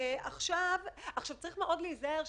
הנשים תהיינה אלו